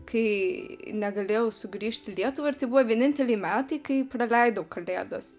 kai negalėjau sugrįžt į lietuvą ir tai buvo vieninteliai metai kai praleidau kalėdas